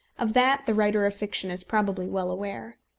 of that the writer of fiction is probably well aware.